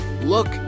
Look